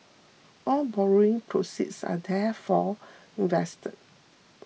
all borrowing proceeds are therefore invested